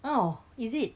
oh is it